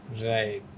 Right